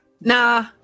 Nah